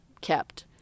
kept